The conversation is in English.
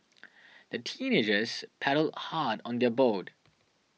the teenagers paddled hard on their boat